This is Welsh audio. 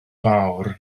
fawr